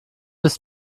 ist